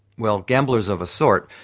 well gamblers of a sort,